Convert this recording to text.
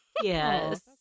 yes